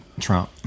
Trump